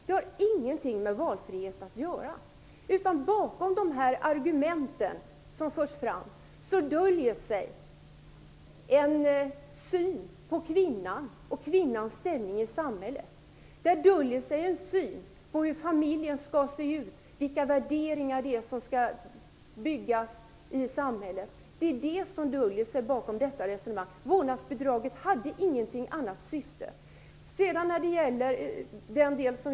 Det har ingenting med valfrihet att göra. Bakom argumenten som förs fram döljer sig en syn på kvinnans ställning i samhället. Där döljer sig bakom detta resonemang en syn på hur familjen skall se ut, vilka värderingar som skall finnas i samhället. Vårdnadsbidraget hade inget annat syfte.